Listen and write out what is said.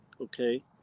okay